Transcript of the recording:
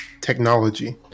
technology